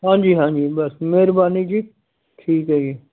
ਹਾਂਜੀ ਹਾਂਜੀ ਬਸ ਮਿਹ ਰਬਾਨੀ ਜੀ ਠੀਕ ਹੈ ਜੀ